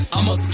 I'ma